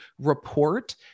report